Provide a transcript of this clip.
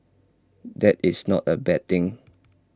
that is not A bad thing